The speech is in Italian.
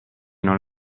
non